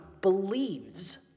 believes